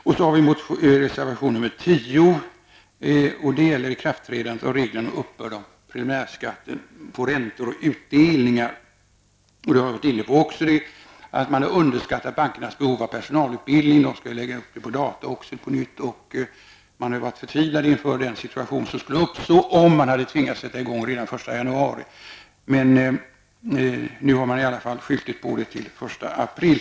Vi har även reservation nr 10 beträffande ikraftträdande av reglerna om uppbörd av preliminär skatt på räntor och utdelningar. Man har underskattat bankernas behov av personalutbildning. De skall lägga upp det på data. Man har varit förtvivlad inför den situation som skulle uppstå om man hade tvingats sätta i gång redan den 1 januari. Nu har man i alla fall skjutit på det till den 1 april.